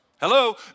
Hello